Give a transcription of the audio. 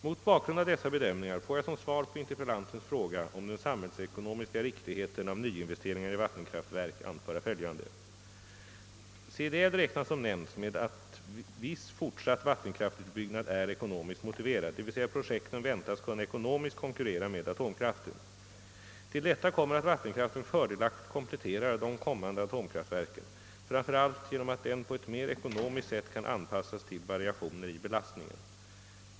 Mot bakgrunden av dessa bedömningar får jag som svar på interpellantens fråga om den samhällsekonomiska riktigheten av nyinvesteringar i vattenkraftverk anföra följande. CDL räknar som nämnts med att viss fortsatt vattenkraftutbyggnad är ekonomiskt motiverad, d.v.s. projekten väntas kunna ekonomiskt konkurrera med atomkraften. Till detta kommer att vattenkraften fördelaktigt kompletterar de kommande atomkraftverken, framför allt genom att den på ett mer ekonomiskt sätt kan anpassas till variationer i belastningen.